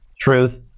truth